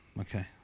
okay